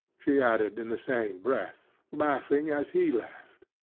she added in the same breath, laughing as he laughed.